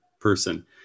person